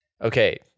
Okay